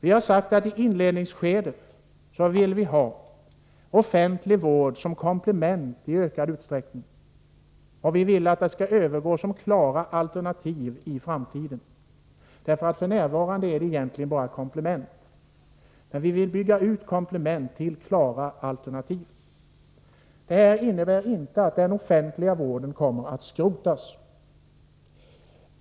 Vi har sagt att vi i inledningsskedet i ökad utsträckning vill ha offentlig vård som komplement, och vi vill att den offentliga vården skall övergå till klara alternativ i framtiden. F.n. är den egentligen bara ett komplement. Men vi vill bygga ut komplementen till klara alternativ. Det här innebär inte att den offentliga vården kommer att skrotas.